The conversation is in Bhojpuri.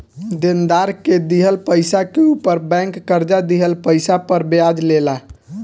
देनदार के दिहल पइसा के ऊपर बैंक कर्जा दिहल पइसा पर ब्याज ले ला